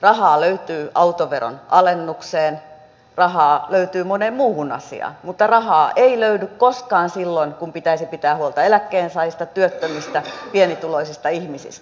rahaa löytyy autoveron alennukseen rahaa löytyy moneen muuhun asiaan mutta rahaa ei löydy koskaan silloin kun pitäisi pitää huolta eläkkeensaajista työttömistä pienituloisista ihmisistä